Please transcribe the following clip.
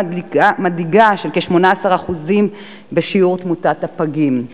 מדאיגה של כ-18% בשיעור תמותת הפגים.